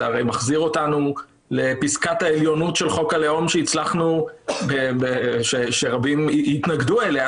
זה הרי מחזיר אותנו לפסקת העליונות של חוק הלאום שרבים התנגדו אליה,